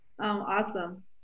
Awesome